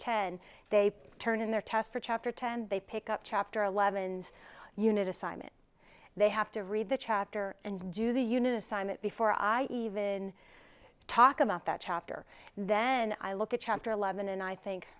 ten they turn in their test for chapter ten they pick up chapter eleven unit assignment they have to read the chapter and do the unisom it before i even talk about that chapter then i look at chapter eleven and i think